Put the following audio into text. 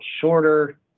shorter